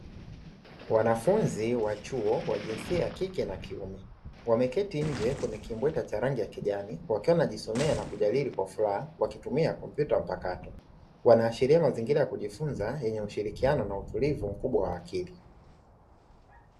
Wanafunzi wa chuo wa jinsia ya kike na kiume wameketi nje kwenye kimbweta cha rangi ya kijani wakiwa wanajisomea na kujadili kwa furaha wakitumia tarakirishi mpakato, wanaashiria mazingira ya kujifunza yenye ushirikiano na utulivu mkubwa wa akili.